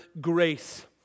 grace